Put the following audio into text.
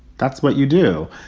that's what you do.